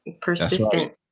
persistent